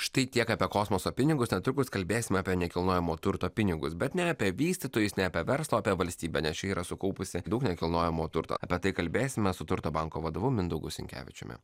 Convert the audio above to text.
štai tiek apie kosmoso pinigus netrukus kalbėsime apie nekilnojamo turto pinigus bet ne apie vystytojus ne apie verslą o apie valstybę nes ši yra sukaupusi daug nekilnojamo turto apie tai kalbėsime su turto banko vadovu mindaugu sinkevičiumi